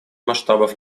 масштабов